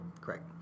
Correct